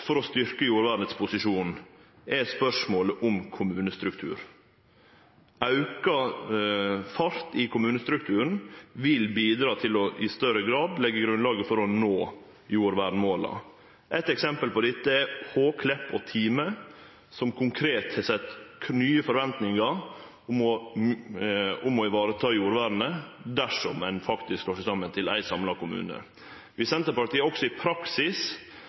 for strukturelt å styrkje jordvernets posisjon gjeld spørsmålet om kommunestruktur. Auka fart i endringar av kommunestrukturen vil bidra til i større grad å leggje grunnlaget for å nå jordvernmåla. Eitt eksempel på dette er kommunane Hå, Klepp og Time, som konkret har sett nye forventningar om å sikre jordvernet dersom ein faktisk slår seg saman til éin samla kommune. Dersom Senterpartiet også i praksis